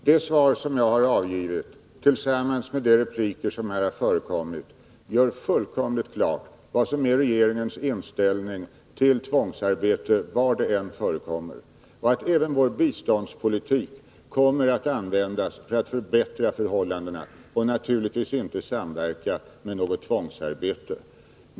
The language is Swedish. Herr talman! Det svar som jag har avgivit tillsammans med de repliker som här har förekommit gör fullkomligt klart vad som är regeringens inställning till tvångsarbete, var det än förekommer, och att vårt bistånd kommer att användas för att förbättra förhållandena och naturligtvis inte samverka med något tvångsarbete.